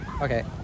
Okay